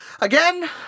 again